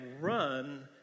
run